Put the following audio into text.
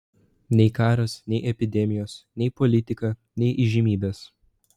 nei karas nei epidemijos nei politika nei įžymybės